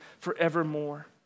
forevermore